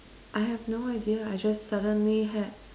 I have no idea I just suddenly had